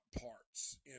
parts